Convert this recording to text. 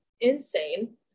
insane